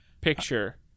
picture